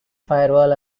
firewall